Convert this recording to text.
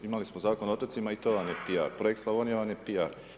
Imali smo Zakon o otocima i to vam je piar, Projekt Slavonija vam je piar.